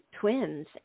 twins